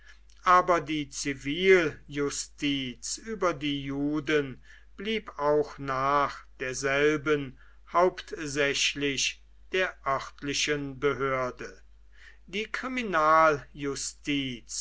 aber die ziviljustiz über die juden blieb auch nach derselben hauptsächlich der örtlichen behörde die